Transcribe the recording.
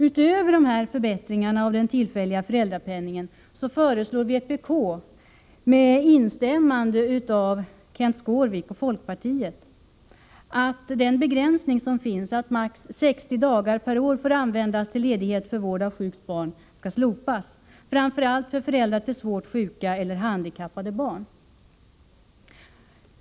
Utöver dessa förbättringar av den tillfälliga föräldrapenningen föreslår vpk med instämmande av Kenth Skårvik från folkpartiet att den begränsning som finns att maximalt 60 dagar per år skall få användas till ledighet för vård av sjukt barn skall slopas, framför allt för föräldrar till svårt sjuka eller handikappade barn.